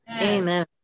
Amen